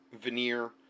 veneer